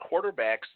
quarterbacks